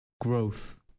growth